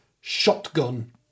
Shotgun